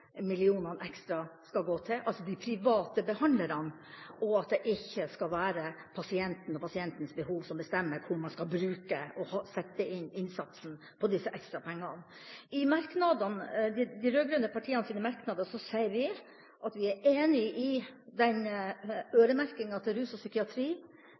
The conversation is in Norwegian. at det ikke skal være pasienten og pasientens behov som bestemmer hvor man skal sette inn innsatsen og disse ekstra pengene? I de rød-grønne partienes merknader sa vi at vi var enig i øremerkinga av disse pengene til rus og psykiatri,